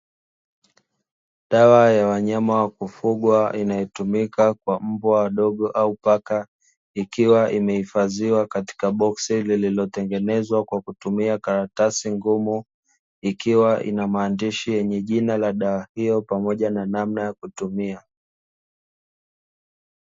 Dawa ya wanyama wakufugwa inayotumika kwa mbwa wadogo au paka, ikiwa imehifadhiwa katika boksi lililotengenezwa kwa karatasi ngumu, ikiwa na maandishi yenye jina la dawa hiyo pamoja na namna ya kutumia.